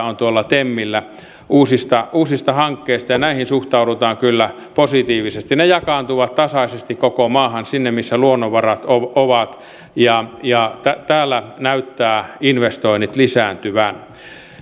on temillä uusista uusista hankkeista ja näihin suhtaudutaan kyllä positiivisesti ne jakaantuvat tasaisesti koko maahan sinne missä luonnonvarat ovat ovat ja ja täällä näyttävät investoinnit lisääntyvän